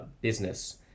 business